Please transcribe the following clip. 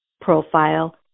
profile